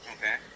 Okay